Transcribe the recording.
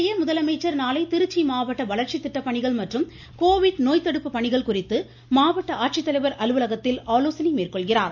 இதனிடையே முதலமைச்சர் நாளை திருச்சி மாவட்ட வளர்ச்சி திட்ட பணிகள் மற்றும் கோவிட் நோய் தடுப்பு பணிகள் குறித்து மாவட்ட ஆட்சித்தலைவர் அலுவலகத்தில் ஆலோசனை மேற்கொள்கிறார்